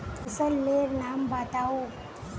फसल लेर नाम बाताउ?